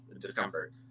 discomfort